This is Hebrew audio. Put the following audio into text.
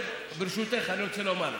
ברשותך, אני רוצה לומר.